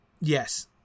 yes